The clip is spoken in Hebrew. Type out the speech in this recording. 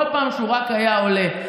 כל פעם שהוא רק היה עולה,